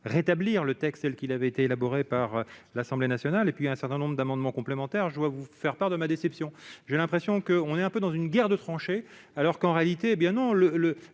rétablir le texte qu'il avait été élaboré par l'Assemblée nationale et puis un certain nombre d'amendements complémentaires, je dois vous faire part de ma déception, j'ai l'impression qu'on est un peu dans une guerre de tranchées, alors qu'en réalité, hé bien non,